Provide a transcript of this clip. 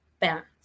balance